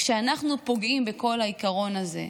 כשאנחנו פוגעים בכל העיקרון הזה,